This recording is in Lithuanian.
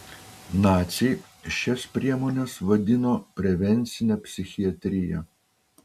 naciai šias priemones vadino prevencine psichiatrija